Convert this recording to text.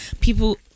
people